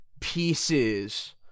pieces